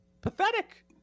pathetic